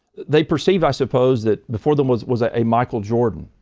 they preceive i suppose that before them was was ah a michael jordan,